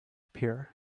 pier